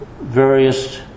various